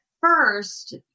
first